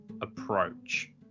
approach